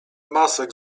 masek